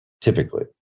typically